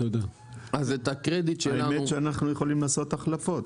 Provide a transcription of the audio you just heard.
האמת שאנחנו יכולים לעשות החלפות,